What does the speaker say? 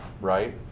right